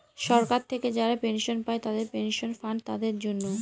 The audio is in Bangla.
সরকার থেকে যারা পেনশন পায় পেনশন ফান্ড তাদের জন্য